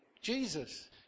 Jesus